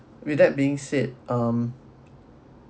with that being said um